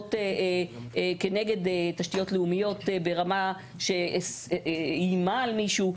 החלטות כנגד תשתיות לאומיות או החלטה שאיימה על מישהו,